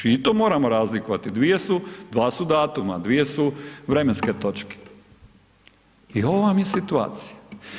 I to moramo razlikovati, dva su datuma, dvije su vremenske točke i ovo vam je situacija.